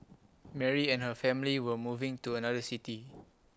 Mary and her family were moving to another city